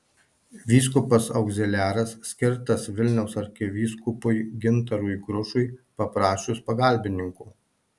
vyskupas augziliaras skirtas vilniaus arkivyskupui gintarui grušui paprašius pagalbininko